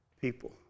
people